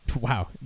wow